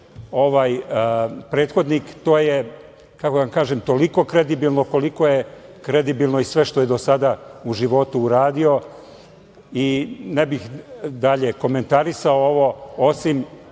ovaj prethodni to je, kako da vam kažem, toliko kredibilno koliko je kredibilno i sve što je do sada u životu uradio i ne bih dalje komentarisao ovo, osim